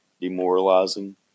demoralizing